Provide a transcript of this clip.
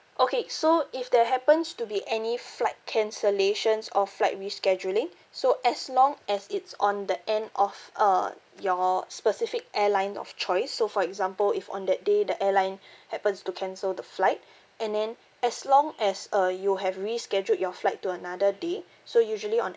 okay so if there happens to be any flight cancellations or flight rescheduling so as long as it's on the end of uh your specific airline of choice so for example if on that day the airline happens to cancel the flight and then as long as uh you have rescheduled your flight to another day so usually on